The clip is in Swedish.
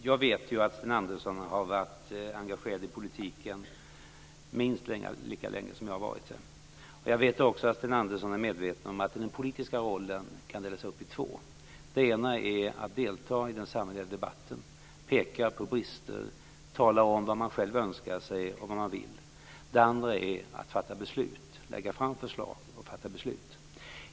Herr talman! Jag vet ju att Sten Andersson har varit engagerad i politiken minst lika länge som jag. Jag vet också att Sten Andersson är medveten om att den politiska rollen kan delas upp i två delar. Den ena delen är att delta i den samhälleliga debatten, peka på brister, tala om vad man själv önskar sig och vad man vill. Den andra är att lägga fram förslag och fatta beslut.